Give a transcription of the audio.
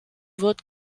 wird